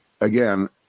again